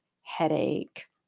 headache